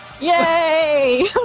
Yay